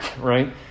right